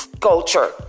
culture